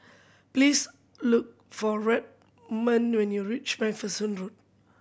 please look for Redmond when you reach Macpherson Road